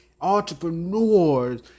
entrepreneurs